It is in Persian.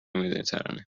مدیترانه